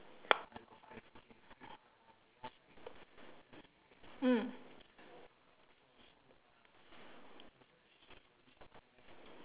mm